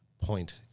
point